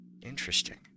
Interesting